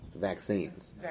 vaccines